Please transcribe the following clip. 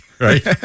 right